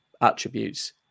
attributes